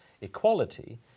Equality